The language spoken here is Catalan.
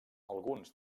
alguns